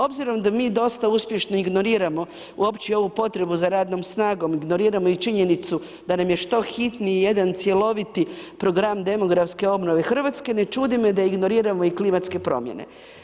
Obzirom da mi dosta uspješno ignoriramo uopće ovu potrebu za radnom snagom, ignoriramo i činjenicu da nam je što hitniji jedan cjeloviti program demografske obnove Hrvatske, ne čudi me da ignoriramo i klimatske promjene.